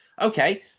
Okay